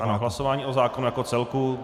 Ano, v hlasování o zákonu jako o celku.